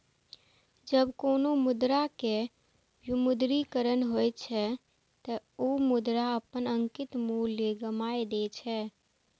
जब कोनो मुद्रा के विमुद्रीकरण होइ छै, ते ओ मुद्रा अपन अंकित मूल्य गमाय दै छै